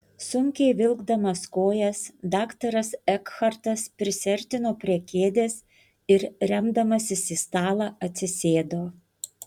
sunkiai vilkdamas kojas daktaras ekhartas prisiartino prie kėdės ir remdamasis į stalą atsisėdo